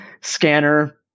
scanner